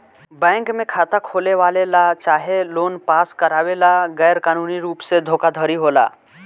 bank में खाता खोलवावे ला चाहे लोन पास करावे ला गैर कानूनी रुप से धोखाधड़ी होला